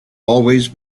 always